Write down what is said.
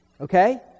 Okay